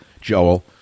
Joel